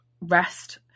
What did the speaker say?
rest